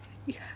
ya